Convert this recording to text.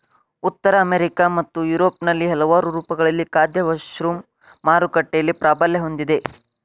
ಉತ್ತರ ಅಮೆರಿಕಾ ಮತ್ತು ಯುರೋಪ್ನಲ್ಲಿ ಹಲವಾರು ರೂಪಗಳಲ್ಲಿ ಖಾದ್ಯ ಮಶ್ರೂಮ್ ಮಾರುಕಟ್ಟೆಯಲ್ಲಿ ಪ್ರಾಬಲ್ಯ ಹೊಂದಿದೆ